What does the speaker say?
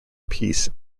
peace